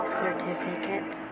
certificate